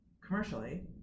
commercially